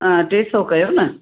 हा टे सौ कयो न